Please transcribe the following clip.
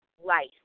life